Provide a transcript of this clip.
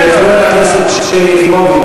זה מה שאומר התקנון, חברת הכנסת שלי יחימוביץ.